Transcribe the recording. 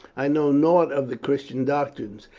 i know nought of the christian doctrines,